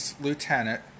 lieutenant